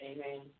Amen